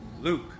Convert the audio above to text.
Luke